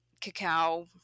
cacao